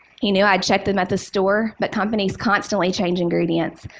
he knew i checked them at the store, but companies constantly change ingredients.